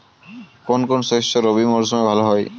কোন কোন শস্য রবি মরশুমে ভালো হয়?